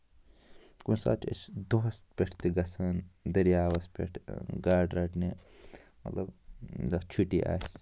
کُنہِ ساتہٕ چھِ أسۍ دۄہَس پٮ۪ٹھ تہِ گژھان دریابَس پٮ۪ٹھ گاڈٕ رَٹنہِ مطلب یَتھ چھُٹی آسہِ